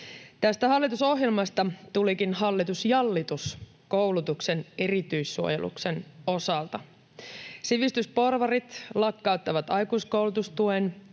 hallitusohjelmasta tulikin hallitusjallitus koulutuksen erityissuojeluksen osalta. Sivistysporvarit lakkauttavat aikuiskoulutustuen,